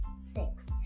six